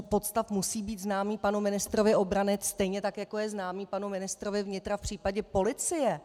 Podstav musí být známý panu ministrovi obrany, stejně tak jako je známý panu ministrovi vnitra v případě policie.